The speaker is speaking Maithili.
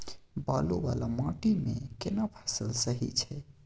बालू वाला माटी मे केना फसल सही छै?